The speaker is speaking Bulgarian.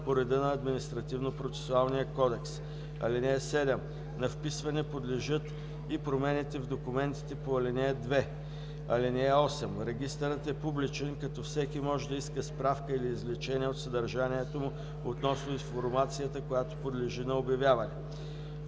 кодекс. (7) На вписване подлежат и промените в документите по ал. 2. (8) Регистърът е публичен, като всеки може да иска справка или извлечение от съдържанието му относно информацията, която подлежи на обявяване.